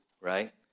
right